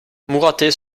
mouratet